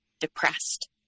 depressed